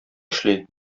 эшли